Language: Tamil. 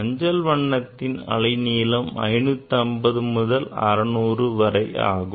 மஞ்சள் வண்ணத்தின் அலைநீளம் 550 to 600 ஆகும்